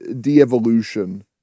de-evolution